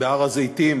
בהר-הזיתים